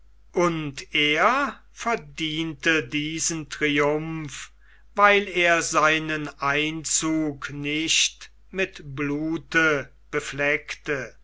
und er verdiente diesen triumph weil er seinen einzug nicht mit blut befleckte